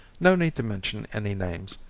no need to mention any names.